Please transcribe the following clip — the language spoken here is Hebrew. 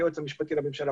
מהיועץ המשפטי לממשלה,